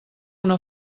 una